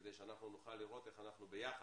כדי שאנחנו נוכל לראות איך אנחנו ביחד,